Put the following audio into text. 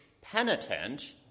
penitent